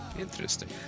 interesting